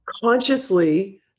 consciously